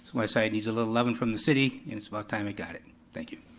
west side needs a little loving from the city and it's about time it got it, thank you.